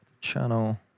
channel